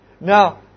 Now